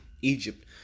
Egypt